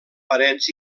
parets